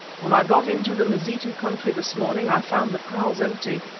when i got into the mazitu country this morning i found the kraals empty,